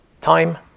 time